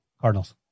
Cardinals